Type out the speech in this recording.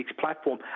platform